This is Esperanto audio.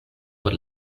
por